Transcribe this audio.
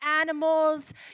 animals